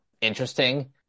interesting